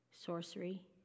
Sorcery